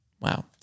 wow